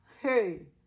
hey